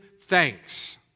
thanks